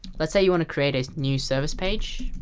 let's say you want to create a new service page,